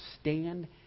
stand